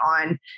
on